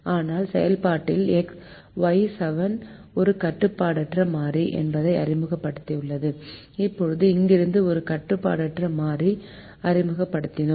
ஆனால் செயல்பாட்டில் Y7 ஒரு கட்டுப்பாடற்ற மாறி என அறிமுகப்படுத்தப்பட்டுள்ளது இப்போது இங்கிருந்து ஒரு கட்டுப்பாடற்ற மாறியை அறிமுகப்படுத்தினோம்